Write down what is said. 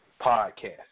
podcast